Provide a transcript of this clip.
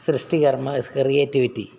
സൃഷ്ടികർമ്മ as creativity